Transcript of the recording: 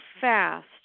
fast